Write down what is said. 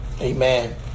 Amen